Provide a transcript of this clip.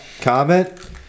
Comment